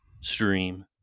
Stream